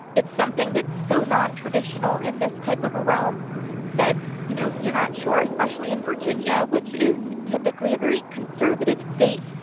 it's something that's so non-traditional in this type of a realm that, you know, you're not sure, especially in virginia, which is typically a very conservative state,